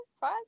Five